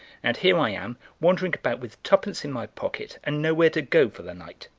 and here i am, wandering about with twopence in my pocket and nowhere to go for the night.